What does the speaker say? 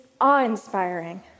awe-inspiring